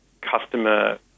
customer